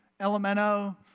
Elemento